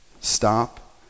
stop